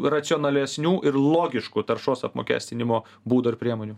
racionalesnių ir logiškų taršos apmokestinimo būdų ar priemonių